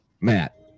Matt